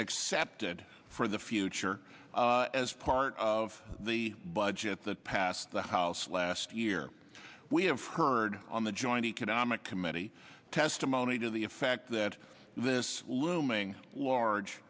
accepted for the future as part of the budget that passed the house last year we have heard on the joint economic committee testimony to the effect that this looming large